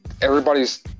everybody's